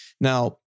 Now